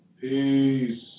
Peace